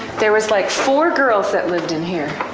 there was like four girls that lived in here.